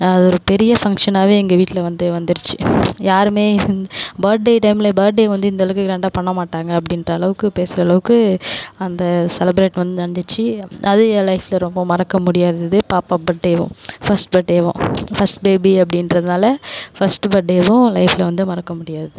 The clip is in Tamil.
ஒரு பெரிய ஃபங்ஷனாகவே எங்கள் வீட்டில் வந்து வந்துருச்சு யாருமே பர்த்டே டைமில் பர்த்டேவை வந்து இந்தளவுக்கு கிராண்டாக பண்ணமாட்டாங்க அப்படின்றளவுக்கு பேசகிறளவுக்கு அந்த செலப்ரேட் வந்து நடந்துச்சு அது என் லைஃபில் ரொம்ப மறக்க முடியாதது பாப்பா பர்த்டேவும் ஃபஸ்ட் பர்த்டேவும் ஃபஸ்ட் பேபி அப்படின்றதுனால ஃபஸ்ட் பர்த்டேவும் லைஃபில் வந்து மறக்க முடியாது